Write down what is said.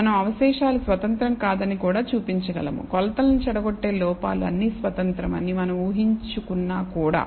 మనం అవశేషాలు స్వతంత్రం కాదని కూడా చూపించగలము కొలతలను చెడగొట్టే లోపాలు అన్ని స్వతంత్రం అని మనం ఊహించుకునా కూడా